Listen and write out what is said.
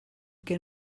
que